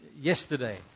yesterday